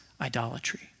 idolatry